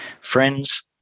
Friends